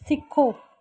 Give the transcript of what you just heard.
ਸਿੱਖੋ